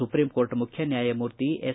supreme court ಮುಖ್ಯ ನ್ಯಾಯಮೂರ್ತಿ S